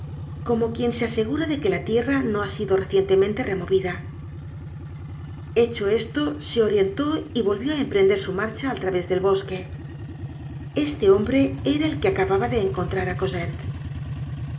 como quien se asegura de que la tierra no ha sido recientemente removida hecho esto se orientó y volvió á emprender su marcha al través del bosque este hombre era el que acababa de encontrar